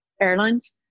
airlines